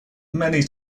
many